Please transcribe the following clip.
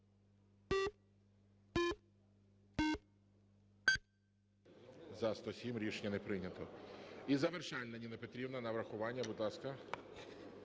За-107 Рішення не прийнято. І завершальна, Ніна Петрівна, на врахування. Будь ласка.